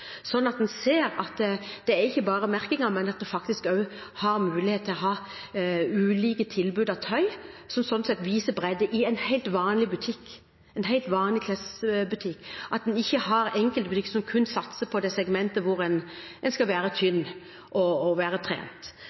sånn sett viser bredde, i en helt vanlig klesbutikk, og at en ikke har enkeltbutikker som kun satser på det segmentet hvor en skal være tynn og være trent.